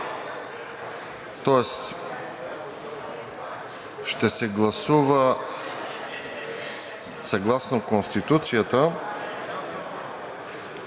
Тоест ще се гласува, съгласно Конституция,